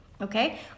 okay